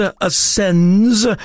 Ascends